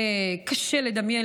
קשה לדמיין,